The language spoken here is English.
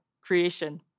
creation